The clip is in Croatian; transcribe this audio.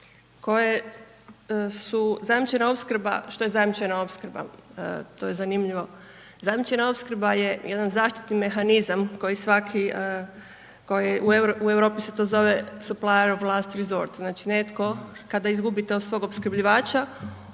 koje su, zajamčena opskrba, što je zajamčena opskrba? To je zanimljivo, zajamčena opskrba je jedan zaštitni mehanizam kao i svaki, koji, u Europi se to zove…/Govornik se ne razumije/…znači, netko kada izgubi tog svog opskrbljivača,